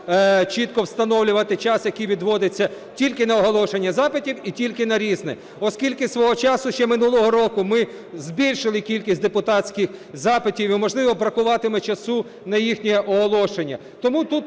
чітко встановлювати час, який відводиться тільки на оголошення запитів і тільки на "Різне". Оскільки свого часу ще минулого року ми збільшили кількість депутатських запитів і, можливо, бракуватиме часу на їхнє оголошення. Тому тут